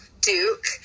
Duke